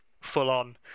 full-on